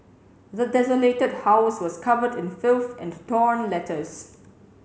the desolated house was covered in filth and torn letters